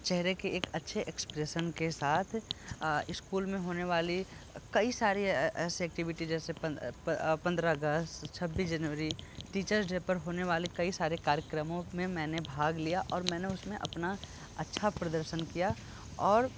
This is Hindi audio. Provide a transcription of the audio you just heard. चेहरे के एक अच्छे एक्सप्रेशन के साथ स्कूल में होने वाली कई सारे ऐसे एक्टिविटी जैसे पंद्रह अगस्त छब्बीस जनवरी टीचर्स डे पर होने वाले कई सारे कार्यक्रमों में मैंने भाग लिया और मैंने उसमें अपना अच्छा प्रदर्शन किया और